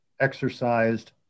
exercised